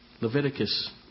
Leviticus